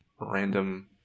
random